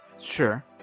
Sure